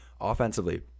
Offensively